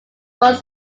was